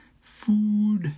food